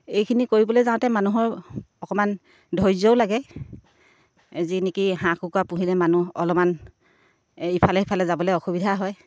এইখিনি কৰিবলৈ যাওঁতে মানুহৰ অকণমান ধৈৰ্য্য়ও লাগে যি নেকি হাঁহ কুকুৱা পুহিলে মানুহ অলপমান ইফালে সিফালে যাবলৈ অসুবিধা হয়